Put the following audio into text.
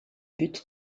but